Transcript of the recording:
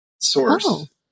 source